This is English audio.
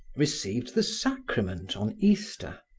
received the sacrament on easter,